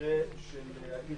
המתווה של העיר